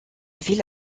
ville